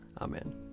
Amen